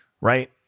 right